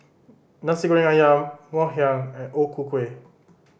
Nasi Goreng Ayam Ngoh Hiang and O Ku Kueh